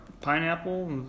pineapple